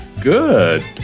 good